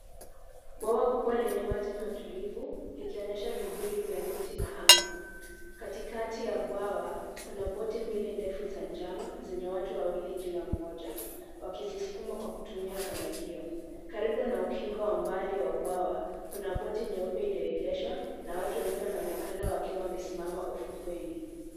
Bwawa kubwa yenye maji matulivu, likionyesha vivuli vya miti na anga. Katikati ya bwawa, kuna boti mbili ndefu za njano zenye watu wawili kila mmoja, wakizisukuma kwa kutumia kanyagio. Karibu na ukingo wa mbali wa bwawa, kuna boti nyeupe iliyoegeshwa na watu wengine wanaonekana wakiwa wamesimama ufukweni.